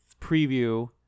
preview